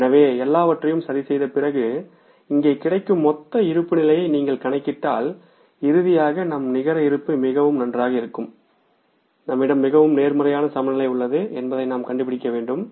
எனவே எல்லாவற்றையும் சரிசெய்த பிறகு இங்கே கிடைக்கும் மொத்த இருப்புநிலையை நீங்கள் கணக்கிட்டால் இறுதியாக நம் நிகர இருப்பு மிகவும் நன்றாக இருக்கும் நம்மிடம் மிகவும் நேர்மறையான சமநிலை உள்ளது என்பதை நாம் கண்டுபிடிக்க முடியும்